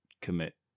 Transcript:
commit